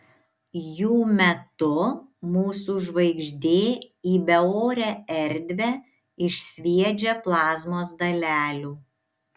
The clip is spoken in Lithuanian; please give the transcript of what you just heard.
jų metu mūsų žvaigždė į beorę erdvę išsviedžia plazmos dalelių